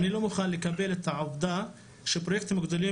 אני לא מוכן לקבל את העובדה בפרויקטים גדולים